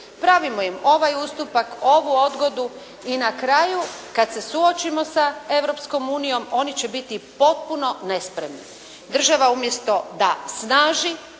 Pravimo im ovaj ustupak, ovu odgodu i na kraju kad se suočimo sa Europskom unijom, oni će biti potpuno nespremni. Država umjesto da snaži